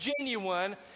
genuine